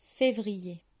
Février